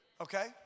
Okay